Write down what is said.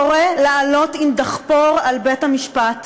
קורא לעלות עם דחפור על בית-המשפט,